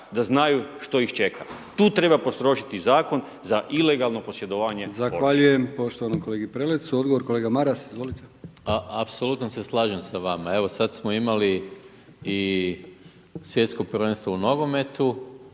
da znaju što ih čeka. Tu treba postrožiti zakon za ilegalno posjedovanje oružja.